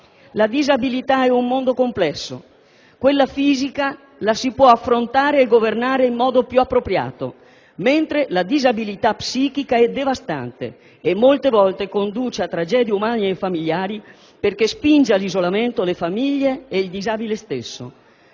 La disabilità è un mondo complesso. Quella fisica la si può affrontare e governare in modo più appropriato, mentre la disabilità psichica è devastante e molte volte conduce a tragedie umane e familiari perché spinge all'isolamento le famiglie e il disabile stesso.